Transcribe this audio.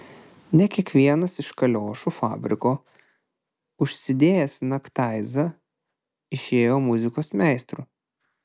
ne kiekvienas iš kaliošų fabriko užsidėjęs naktaizą išėjo muzikos meistru